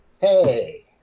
Hey